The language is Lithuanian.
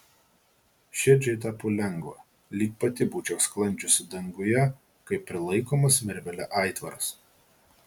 širdžiai tapo lengva lyg pati būčiau sklandžiusi danguje kaip prilaikomas virvele aitvaras